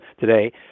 today